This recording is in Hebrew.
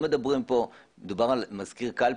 מדובר פה על מזכיר קלפי,